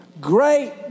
great